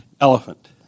elephant